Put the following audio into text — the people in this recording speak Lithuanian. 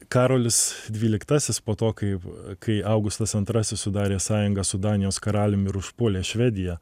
karolis dvyliktasis po to kai kai augustas antrasis sudarė sąjungą su danijos karalium ir užpuolė švediją